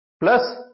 plus